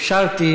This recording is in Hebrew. אפשרתי